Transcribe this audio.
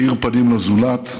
מאיר פנים לזולת,